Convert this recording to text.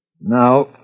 Now